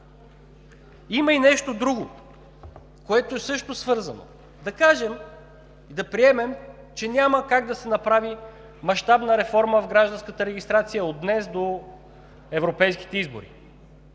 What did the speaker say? Има и нещо друго, което също е свързано. Да приемем, че няма как да се направи мащабна реформа в гражданската регистрация от днес до европейските избори.